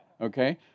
Okay